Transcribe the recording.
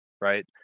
right